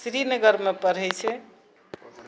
श्रीनगरमे पढ़ै छै